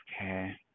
Okay